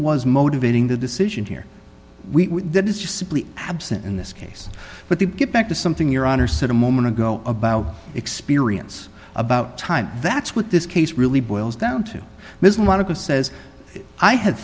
was motivating the decision here we did is just simply absent in this case but you get back to something your honor said a moment ago about experience about time that's what this case really boils down to this lot of says i ha